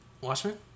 Watchmen